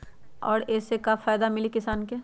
और ये से का फायदा मिली किसान के?